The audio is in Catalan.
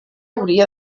hauria